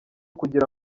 kugira